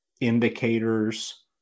indicators